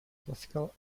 classical